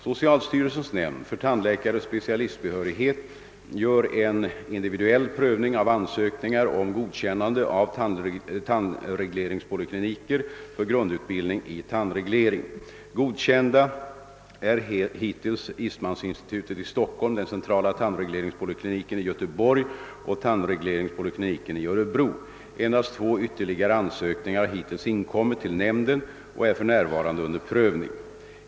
Socialstyrelsens nämnd för tandläkares specialistbehörighet gör en individuell prövning av ansökningar om godkännande av tandregleringspolikliniker. för grundutbildning i tandreglering. Godkända är hittills Eastmaninstitutet i Stockholm, den centrala tandregleringspolikliniken i Göteborg och tandregleringspolikliniken i Örebro. Endast två ytterligare ansökningar har hittills inkommit till nämnden och är för närvarande under prövning.